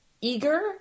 eager